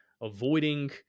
avoiding